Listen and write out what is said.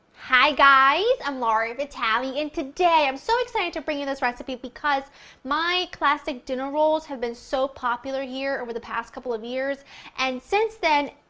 hi guys, i'm laura vitale and today, i'm so excited to bring you this recipe because my classic dinner rolls have been so popular here over the past couple of years and since then,